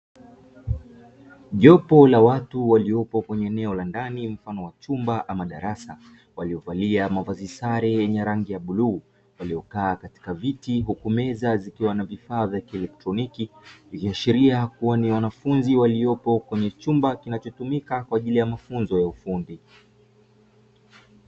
Jopo la watu waliopo katika eneo la ndani mfano wa chumba ama darasa waliovalia mavazi sare ya rangi ya buluu, waliokaa katika viti huku meza zikiwa na vifaa vya kielektroniki, ikiashiria kuwa ni wanafunzi waliopo katika chumba kinachotumika kwa ajili ya mafunzo ya ufundi.